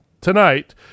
tonight